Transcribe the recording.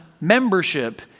membership